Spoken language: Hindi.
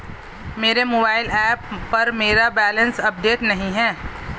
मेरे मोबाइल ऐप पर मेरा बैलेंस अपडेट नहीं है